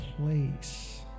place